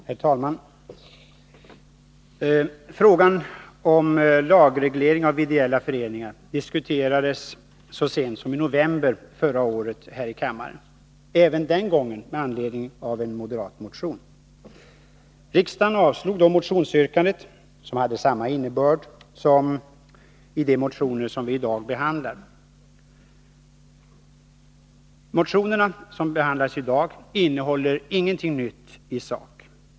Herr talman! Frågan om lagreglering av ideella föreningar diskuterades här i kammaren så sent som i november förra året — även den gången med anledning av en moderat motion. Riksdagen avslog då motionsyrkandet, som hade samma innebörd som yrkandena i de motioner som vi i dag behandlar. De motioner som behandlas i dag innehåller ingenting nytt i sak.